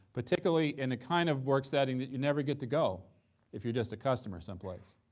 but typically in a kind of work setting that you never get to go if you're just a customer some place,